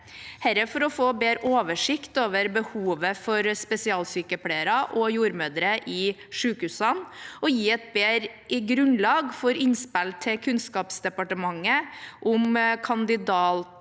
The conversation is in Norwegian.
gjøres for å få bedre oversikt over behovet for spesialsykepleiere og jordmødre i sykehusene og å gi et bedre grunnlag for innspill til Kunnskapsdepartementet om kandidatmåltall